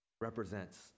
represents